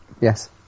Yes